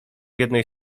jednej